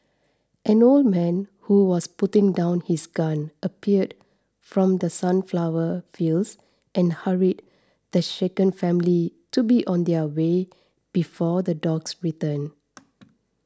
an old man who was putting down his gun appeared from the sunflower fields and hurried the shaken family to be on their way before the dogs return